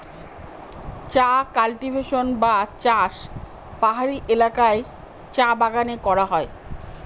চা কাল্টিভেশন বা চাষ পাহাড়ি এলাকায় চা বাগানে করা হয়